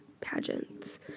pageants